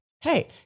hey